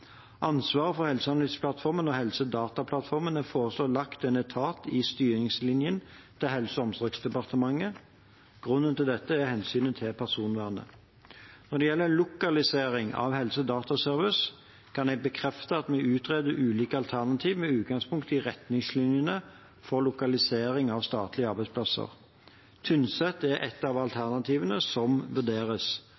Ansvaret for helseanalyseplattformen og helsedataplattformen er foreslått lagt til en etat i styringslinjen til Helse- og omsorgsdepartementet. Grunnen til dette er hensynet til personvernet. Når det gjelder lokalisering av Helsedataservice, kan jeg bekrefte at vi utreder ulike alternativer med utgangspunkt i retningslinjene for lokalisering av statlige arbeidsplasser. Tynset er et av